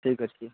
ଠିକ ଅଛି